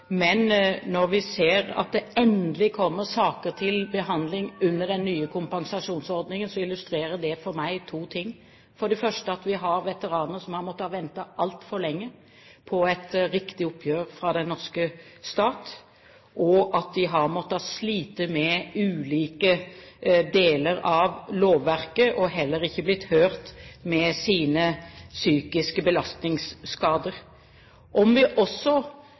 det endelig kommer saker til behandling under den nye kompensasjonsordningen, illustrerer det for meg to ting: at vi har veteraner som har måttet vente altfor lenge på et riktig oppgjør fra den norske stat, og at de har måttet slite med ulike deler av lovverket og heller ikke har blitt hørt med sine psykiske belastningsskader. Om vi også